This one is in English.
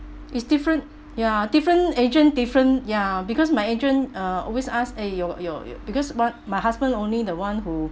it's different ya different agent different ya because my agent uh always ask eh your your your because what my husband only the one who